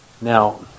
Now